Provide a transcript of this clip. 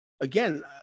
Again